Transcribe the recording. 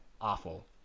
awful